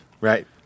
Right